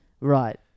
Right